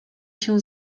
się